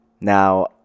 Now